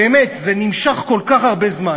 באמת, זה נמשך כל כך הרבה זמן,